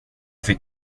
fick